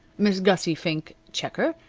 miss gussie fink, checker,